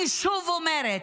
אני שוב אומרת,